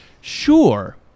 Sure